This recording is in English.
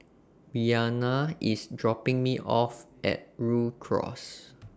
Rianna IS dropping Me off At Rhu Cross